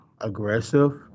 aggressive